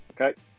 Okay